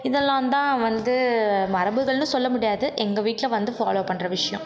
இதெல்லாம்தான் வந்து மரபுகள்னு சொல்ல முடியாது எங்கள் வீட்டில் வந்து ஃபாலோ பண்ணுற விஷயம்